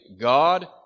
God